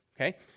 okay